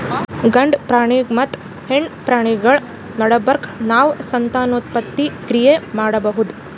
ಗಂಡ ಪ್ರಾಣಿ ಮತ್ತ್ ಹೆಣ್ಣ್ ಪ್ರಾಣಿಗಳ್ ನಡಬರ್ಕ್ ನಾವ್ ಸಂತಾನೋತ್ಪತ್ತಿ ಕ್ರಿಯೆ ಮಾಡಬಹುದ್